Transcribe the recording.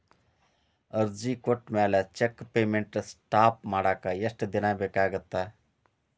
ಅರ್ಜಿ ಕೊಟ್ಮ್ಯಾಲೆ cheque payment stop ಮಾಡಾಕ ಎಷ್ಟ ದಿನಾ ಬೇಕಾಗತ್ತಾ